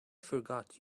forgot